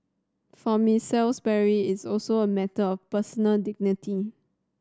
for Miss Salisbury it's also a matter of personal dignity